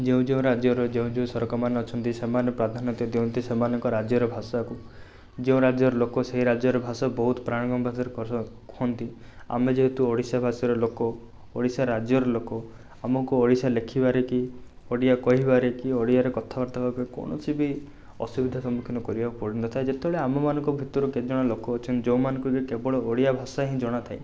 ଯେଉଁ ଯେଉଁ ରାଜ୍ୟର ଯେଉଁ ଯେଉଁ ସରକମାନେ ଅଛନ୍ତି ସେମାନେ ପ୍ରାଧାନ୍ୟତା ଦିଅନ୍ତି ସେମାନଙ୍କ ରାଜ୍ୟର ଭାଷାକୁ ଯେଉଁ ରାଜ୍ୟର ଲୋକ ସେଇ ରାଜ୍ୟର ଭାଷା ବହୁତ ପାରଙ୍ଗମ ଭିତରେ କୁହନ୍ତି ଆମେ ଯେହେତୁ ଓଡ଼ିଶାବାସୀର ଲୋକ ଓଡ଼ିଶା ରାଜ୍ୟର ଲୋକ ଆମକୁ ଓଡ଼ିଶା ଲେଖିବାରେ କି ଓଡ଼ିଆ କହିବାରେ କି ଓଡ଼ିଆରେ କଥାବାର୍ତ୍ତା ହେବାପାଇଁ କୌଣସି ବି ଅସୁବିଧା ସମ୍ମୁଖୀନ କରିବାକୁ ପଡ଼ିନଥାଏ ଯେତେବେଳେ ଆମମାନଙ୍କ ଭିତରୁ କେତେଜଣ ଲୋକ ଅଛନ୍ତି ଯେଉଁମାନଙ୍କୁ କି କେବଳ ଓଡ଼ିଆ ଭାଷା ହିଁ ଜଣାଥାଏ